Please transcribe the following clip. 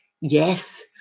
yes